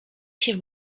się